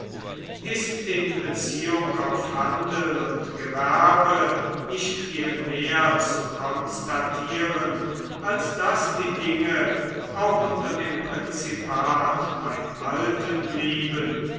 ist in beziehung auf handel und gewerbe nicht viel mehr zu konstatieren als daß die dinge auch unter dem prinzipat beim alten blieben